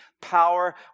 power